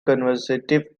conservative